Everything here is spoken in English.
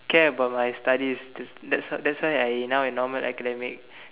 care about my studies that's that's that's why I now in normal academic